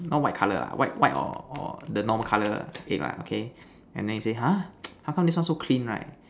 not white color ah white white or or the normal color egg lah okay and then he say !huh! how come this one so clean right